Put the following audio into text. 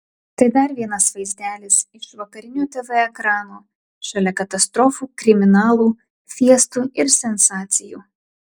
tai dar vienas vaizdelis iš vakarinio tv ekrano šalia katastrofų kriminalų fiestų ir sensacijų